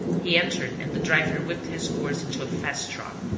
he entered and the driver whipped his horse into a fast trot.